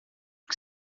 que